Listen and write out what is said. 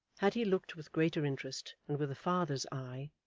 had he looked with greater interest and with a father's eye,